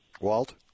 Walt